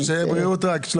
רק בריאות.